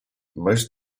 most